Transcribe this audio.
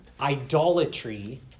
idolatry